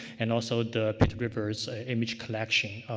and also the pitt rivers image collection,